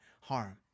harm